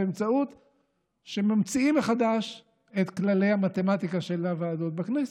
המצאה מחדש של כללי המתמטיקה של הוועדות בכנסת.